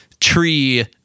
tree